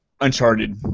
Uncharted